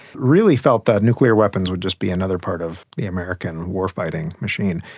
really felt that nuclear weapons would just be another part of the american war-fighting machine.